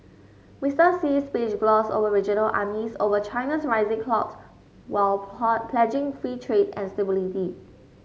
Mister Xi's speech glossed over regional unease over China's rising clout while pledging free trade and stability